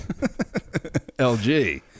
LG